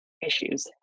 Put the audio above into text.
issues